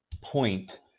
point